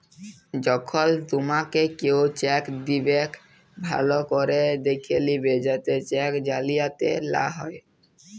যখল তুমাকে কেও চ্যাক দিবেক ভাল্য ক্যরে দ্যাখে লিবে যাতে চ্যাক জালিয়াতি লা হ্যয়